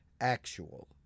actual